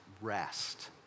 rest